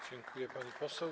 Dziękuję, pani poseł.